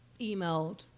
emailed